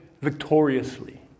victoriously